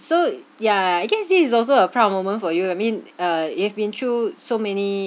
so yeah I guess this is also a proud moment for you I mean uh you've been through so many